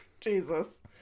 Jesus